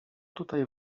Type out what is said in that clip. tutaj